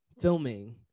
filming